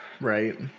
Right